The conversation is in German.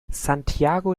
santiago